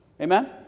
Amen